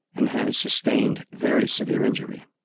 and has sustained very severe injury.